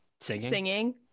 singing